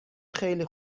خیلی